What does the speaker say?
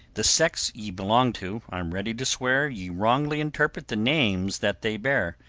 the sects ye belong to i'm ready to swear ye wrongly interpret the names that they bear.